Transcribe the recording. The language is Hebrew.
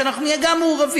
שגם אנחנו נהיה מעורבים.